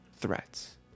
threats